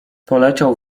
poleciał